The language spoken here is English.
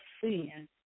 sin